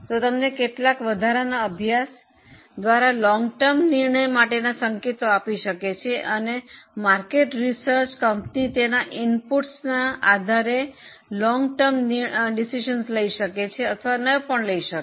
તે તમને કેટલાક વધારાના અભ્યાસ દ્વારા લાંબા ગાળાના નિર્ણય માટેના સંકેતો આપી શકે છે અને બજાર સંશોધન કંપની તેના ઇનપુટ્સના આધારે લાંબા ગાળાના નિર્ણય લઈ શકે છે અથવા નહીં પણ લઈ શકે